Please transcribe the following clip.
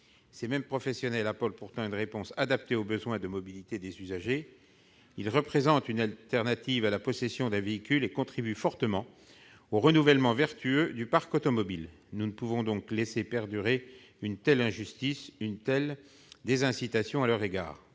Ces professionnels apportent pourtant une réponse adaptée aux besoins de mobilité des usagers, en offrant une alternative à la possession d'un véhicule, et contribuent fortement au renouvellement vertueux du parc automobile. Nous ne pouvons donc laisser perdurer une telle injustice, une telle désincitation à leur égard.